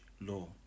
law